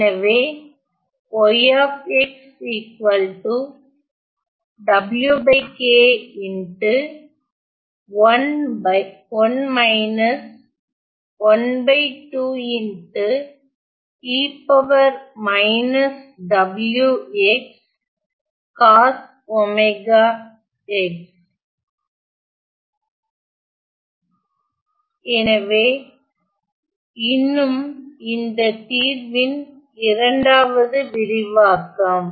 எனவே எனவே இன்னும் இது இந்த தீர்வின் இரண்டாவது விரிவாக்கம்